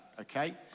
okay